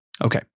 Okay